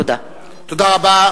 תודה רבה.